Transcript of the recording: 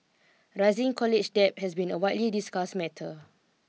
rising college debt has been a widely discussed matter